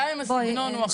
גם אם הסגנון הוא אחר.